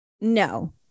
No